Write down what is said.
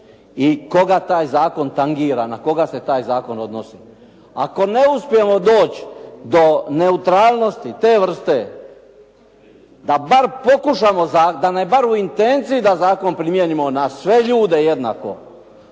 i koga taj zakon tangira, na koga se taj zakon odnosi. Ako ne uspijemo doći do neutralnosti te vrste, da bar pokušamo, da nam je bar u intenciji da zakon primijenimo na sve ljude jednako,